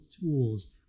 tools